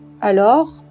Alors